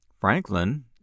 franklin